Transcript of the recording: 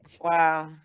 Wow